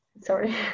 Sorry